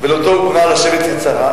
ו"לא תהו בראה לשבת יצרה".